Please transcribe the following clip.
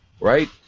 right